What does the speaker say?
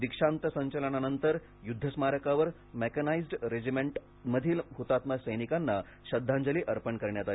दिक्षांत संचलनानंतर युद्ध स्मारकावर मेकॅनाइज्ड रेजिमेंटल मधील ह्तात्मा सैनिकांना श्रद्धांजली अर्पण करण्यात आली